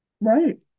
Right